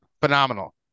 phenomenal